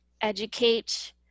educate